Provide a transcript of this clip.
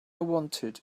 wanted